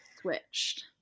switched